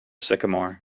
sycamore